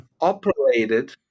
operated